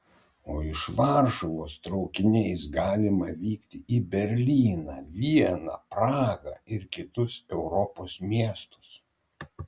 o iš varšuvos traukiniais galima vykti į berlyną vieną prahą ir kitus europos miestus